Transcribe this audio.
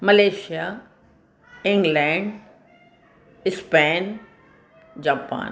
Malaysia England Spain Japan